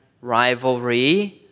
rivalry